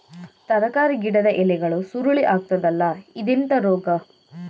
ತರಕಾರಿ ಗಿಡದ ಎಲೆಗಳು ಸುರುಳಿ ಆಗ್ತದಲ್ಲ, ಇದೆಂತ ರೋಗ?